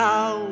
Now